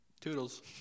Toodles